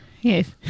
Yes